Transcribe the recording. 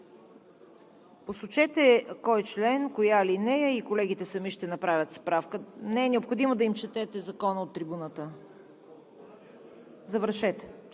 Посочете кой член, коя алинея и колегите сами ще направят справка. Не е необходимо да им четете Закона от трибуната. (Ораторът